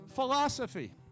Philosophy